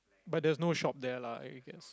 but there's no shop there lah I guess